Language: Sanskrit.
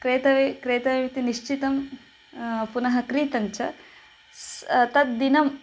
क्रेतव्यं क्रेतव्यमिति निश्चितं पुनः क्रीतं च स् तद्दिनम्